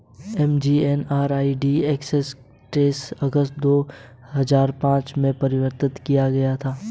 MGNREG act तेईस अगस्त दो हजार पांच में पारित किया गया था